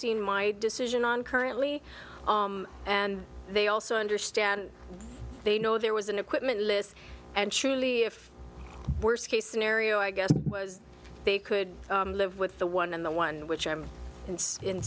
bouncin my decision on currently and they also understand they know there was an equipment list and truly if worst case scenario i guess was they could live with the one in the one which i'm in